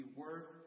worth